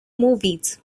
movies